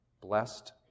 Blessed